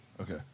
Okay